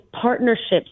partnerships